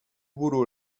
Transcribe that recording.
boulot